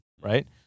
right